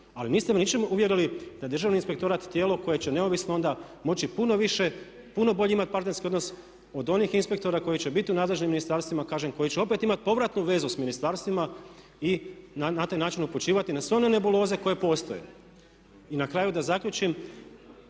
ali niste me ničime uvjerili da Državni inspektorat je tijelo koje će neovisno onda moći puno više, puno bolji imati partnerski odnos od onih inspektora koji će biti u nadležnim ministarstvima kažem koji će opet imati povratnu vezu s ministarstvima i na taj način upućivati na sve one nebuloze koje postoje. Na kraju da zaključim